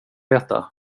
veta